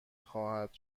خواهد